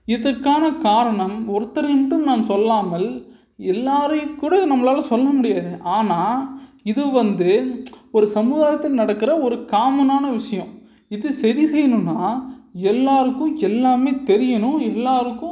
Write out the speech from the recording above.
இதுக்கான காரணம் ஒருத்தரை மட்டும் நாம் சொல்லாமல் எல்லோரையும் கூட நம்மளால் சொல்ல முடியாது ஆனால் இது வந்து ஒரு சமுதாயத்தில் நடக்கிற ஒரு காமனான விஷயம் இது சரி செய்யணும்னா எல்லோருக்கும் எல்லாம் தெரியணும் எல்லோருக்கும்